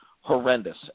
horrendous